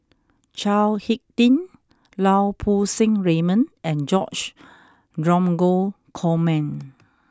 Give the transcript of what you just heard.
Chao Hick Tin Lau Poo Seng Raymond and George Dromgold Coleman